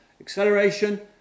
acceleration